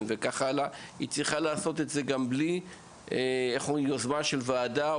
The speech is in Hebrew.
היא צריכה לעשות את זה גם בלי יוזמה של ועדה.